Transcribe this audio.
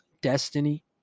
destiny